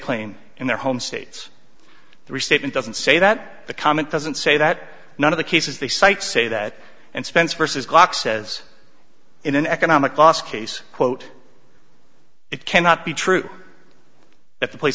claim in their home states the restatement doesn't say that the comment doesn't say that none of the cases they cite say that and spence versus glock says in an economic loss case quote it cannot be true that the place